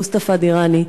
מוסטפא דיראני,